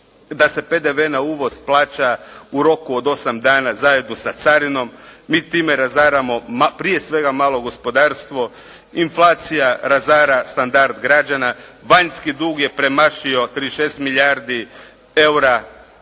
da se PDV na uvoz plaća u roku od 8 dana zajedno sa carinom, mi time razaramo prije svega malo gospodarstvo, inflacija razara standard građana, vanjski dug je premašio 36 milijardi eura,